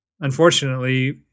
unfortunately